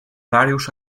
various